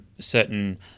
certain